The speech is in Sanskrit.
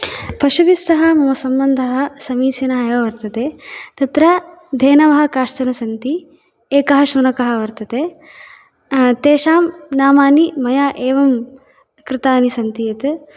पशुभिः सह मम सम्बन्धः समीचीनः एव वर्तते तत्र धेनवः काश्चन सन्ति एकः शुनकः वर्तते तेषां नामानि मया एवं कृतानि सन्ति यत्